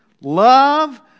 love